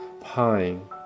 pine